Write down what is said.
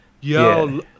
Yo